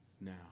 now